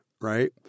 right